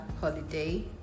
holiday